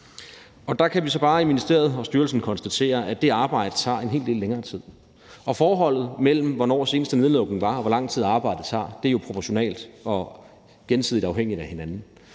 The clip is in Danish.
Der kan vi så bare i ministeriet og styrelsen konstatere, at det arbejde tager en hel del længere tid. Og forholdet mellem, hvornår seneste nedlukning var, og hvor lang tid arbejdet tager, er jo proportionalt – og de er gensidigt afhængige af hinanden.